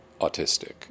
autistic